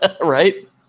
Right